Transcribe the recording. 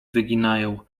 wyginają